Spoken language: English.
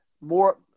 more